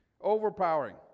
Overpowering